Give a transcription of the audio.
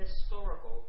historical